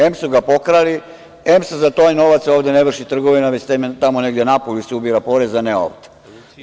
Em su ga pokrali, em se za taj novac ovde ne vrši trgovina, već tamo negde napolje se ubiva porez, a ne ovde.